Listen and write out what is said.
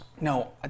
No